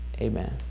amen